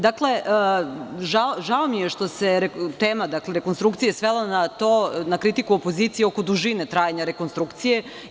Dakle, žao mi je što se tema rekonstrukcije svela na kritiku opozicije oko dužine trajanja rekonstrukcije.